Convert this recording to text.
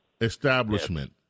establishment